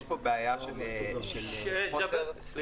יש פה בעיה של הממשלה, שלא